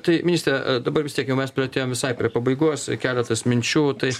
tai ministre dabar vis tiek jau mes priartėjom visai prie pabaigos keletas minčių tai